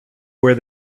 where